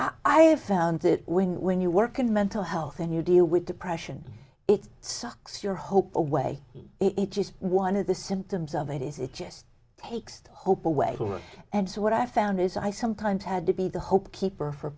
have found that when when you work in mental health and you deal with depression it sucks your hope away it just one of the symptoms of it is it just takes the hope away and so what i found is i sometimes had to be the hope keeper for